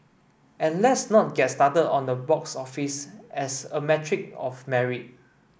and let's not get started on the box office as a metric of merit